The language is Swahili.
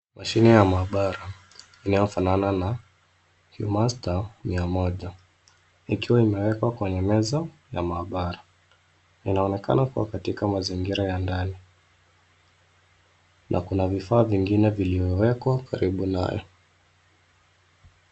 Mashine ya maabara inayofanana na Huemaster mia moja, ikiwa imewekwa kwenye meza ya maabara. Inaonekana kuwa katika mazingira ya ndani na kuna vifaa vingine viliowekwa karibu nayo.